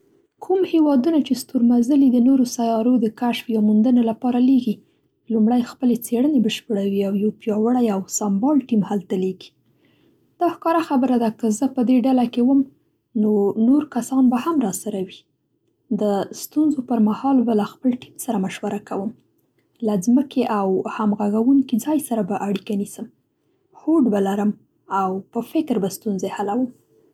کوم هېوادونه چې ستور مزلي د نویو سیارو د کشف یا موندنې لپاره لېږي لړمړی خپلې څېړنې بشپړوي او یو پیاوړی او سمبال ټیم هلته لېږي. دا ښکاره خبره ده که زه په دې ډله کې وم نو نور کسان به هم راسره وي. د ستونزو پر مهال به له خپل ټیم سره مشوره کوم. له ځمکې او همږونکي ځای سره به اړیکه نیسم، هوډ به لرم او په فکر به ستونزې حلوم.